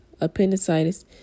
appendicitis